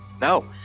No